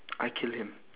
I kill him